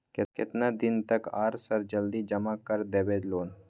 केतना दिन तक आर सर जल्दी जमा कर देबै लोन?